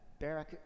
Barak